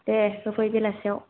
दे होफै बेलासियाव